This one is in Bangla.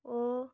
ও